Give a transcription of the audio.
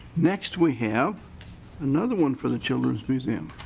next we have another one from the children's museum.